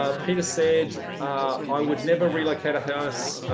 ah peter said i would never relocate a house